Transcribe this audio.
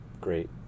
Great